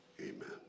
Amen